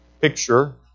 picture